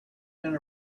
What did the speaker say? going